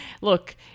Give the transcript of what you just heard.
look